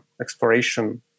exploration